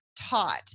taught